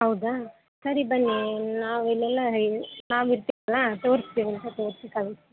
ಹೌದಾ ಸರಿ ಬನ್ನಿ ನಾವು ಇಲ್ಲೆಲ್ಲ ನಾವು ಇರ್ತಿವಲ್ಲಾ ತೋರಿಸ್ತೀನಿ